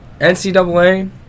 NCAA